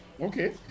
Okay